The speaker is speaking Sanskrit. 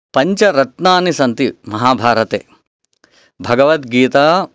पञ्चरत्नानि सन्ति महाभारते भगवद्गीता